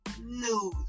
news